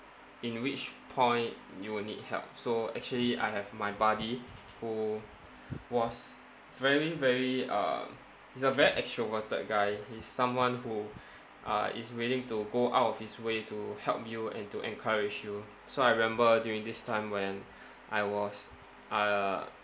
in which point you will need help so actually I have my buddy who was very very uh he's a very extroverted guy he's someone who uh is willing to go out of his way to help you and to encourage you so I remember during this time when I was uh